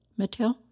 Matil